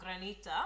granita